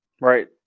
Right